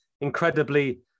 incredibly